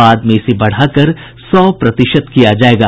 बाद में इसे बढ़ाकर सौ प्रतिशत किया जायेगा